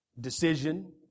decision